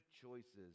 choices